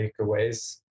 takeaways